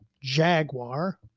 Jaguar